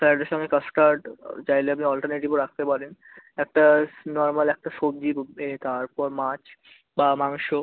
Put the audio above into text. স্যালাডের সঙ্গে কাস্টার্ড চাইলে আপনি অল্টারনেটিভও রাখতে পারেন একটা নরমাল একটা সবজি ঢুকবে তারপর মাছ বা মাংস